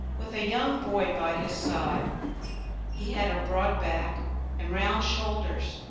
with a young boy by his side he had a broad back and round shoulders,